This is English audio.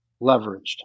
leveraged